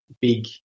big